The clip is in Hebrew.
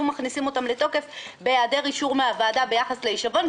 מכניסים אותם לתוקף בהיעדר אישור מן הוועדה ביחס להישבון,